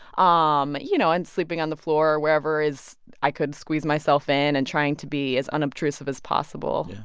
um you know, and sleeping on the floor or wherever is i could squeeze myself in, and trying to be as unobtrusive as possible.